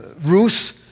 Ruth